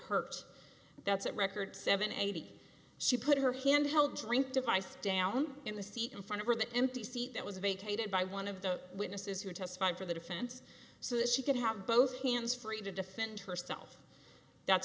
hurt that's a record seven eight she put her hand held drink device down in the seat in front of her the empty seat that was vacated by one of the witnesses who testified for the defense so that she could have both hands free to defend herself